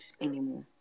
anymore